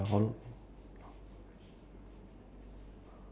wait on your computer there's a timer right that's running